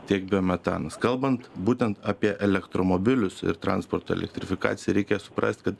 tiek biometanas kalbant būtent apie elektromobilius ir transporto elektrifikaciją reikia suprast kad